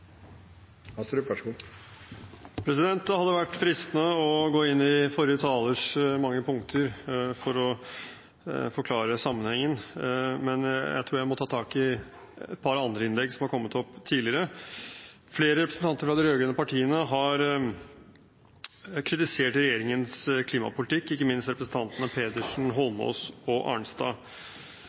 Det hadde vært fristende å gå inn i forrige talers mange punkter for å forklare sammenhengen, men jeg tror jeg må ta tak i et par andre innlegg som har kommet tidligere. Flere representanter fra de rød-grønne partiene har kritisert regjeringens klimapolitikk, ikke minst representantene Pedersen, Eidsvoll Holmås og Arnstad